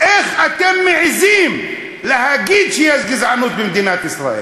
איך אתם מעזים להגיד שיש גזענות במדינת ישראל?